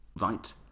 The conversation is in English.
right